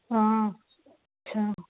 हा अछा